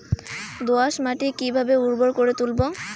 দোয়াস মাটি কিভাবে উর্বর করে তুলবো?